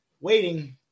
waiting